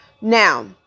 now